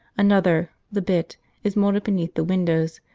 another the bit is moulded beneath the windows,